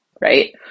right